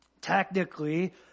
technically